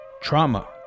Trauma